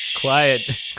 Quiet